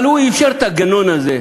אבל הוא אפשר את הגנון הזה,